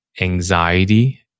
Anxiety